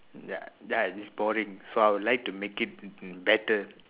ya ya it is boring so I would like to make it mm mm better